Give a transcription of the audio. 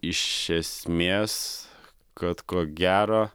iš esmės kad ko gero